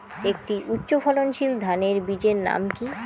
একটি উচ্চ ফলনশীল ধানের বীজের নাম কী?